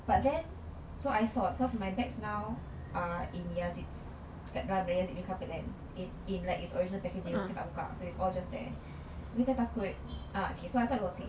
but then so I thought cause my bags now are in their zips dekat dia orang punya zips covered kan in in like its original packaging kita tak buka so it's all just there abeh kita takut ah okay so I thought was safe